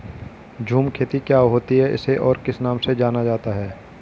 झूम खेती क्या होती है इसे और किस नाम से जाना जाता है?